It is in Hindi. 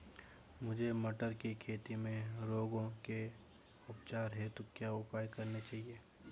मुझे मटर की खेती में रोगों के उपचार हेतु क्या उपाय करने चाहिए?